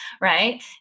right